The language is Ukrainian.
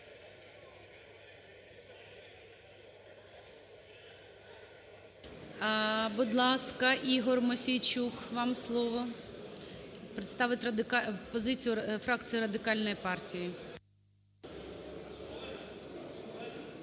Будь ласка, Ігор Мосійчук, вам слово представити позицію фракції Радикальної партії.